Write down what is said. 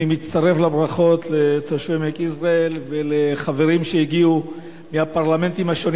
אני מצטרף לברכות לתושבי עמק יזרעאל ולחברים שהגיעו מהפרלמנטים השונים